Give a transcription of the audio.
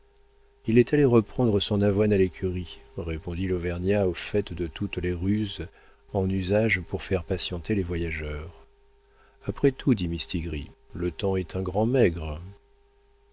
il est allé reprendre son avoine à l'écurie répondit l'auvergnat au fait de toutes les ruses en usage pour faire patienter les voyageurs après tout dit mistigris le temps est un grand maigre